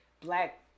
Black